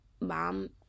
mom